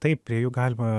taip prie jų galima